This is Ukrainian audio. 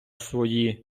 свої